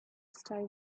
stay